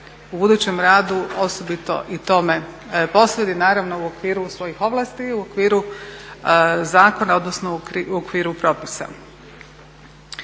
u budućem radu osobito i tome posveti, naravno u okviru svojih ovlasti i u okviru zakona odnosno u okviru propisa.